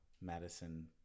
Madison